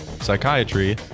psychiatry